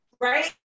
right